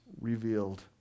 revealed